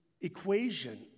equation